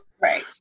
Right